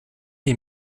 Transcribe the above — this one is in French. les